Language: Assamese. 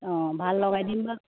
ভাল লগাই দিম